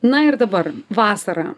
na ir dabar vasara